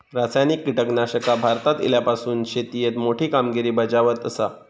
रासायनिक कीटकनाशका भारतात इल्यापासून शेतीएत मोठी कामगिरी बजावत आसा